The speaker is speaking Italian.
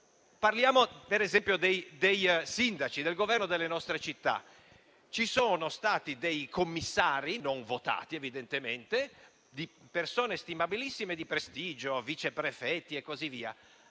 Parliamo per esempio dei sindaci, del governo delle nostre città; ci sono stati dei commissari, evidentemente non votati, persone stimabilissime, di prestigio, vice prefetti e così via,